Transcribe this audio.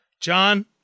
John